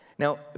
Now